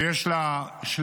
ויש לה שלבים.